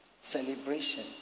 celebration